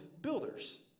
builders